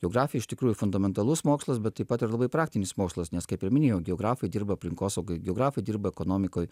geografija iš tikrųjų fundamentalus mokslas bet taip pat ir labai praktinis mokslas nes kaip ir minėjau geografai dirba aplinkosaugoj geografai dirba ekonomikoj